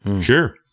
Sure